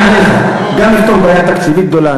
גם נפתור בעיה תקציבית גדולה,